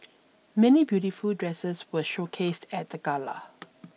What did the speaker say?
many beautiful dresses were showcased at the gala